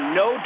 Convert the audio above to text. no